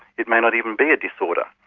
it may not even be a disorder.